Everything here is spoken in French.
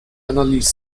analyse